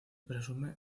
presume